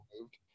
moved